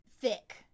thick